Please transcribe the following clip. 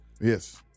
Yes